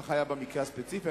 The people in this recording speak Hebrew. כך היה במקרה הספציפי.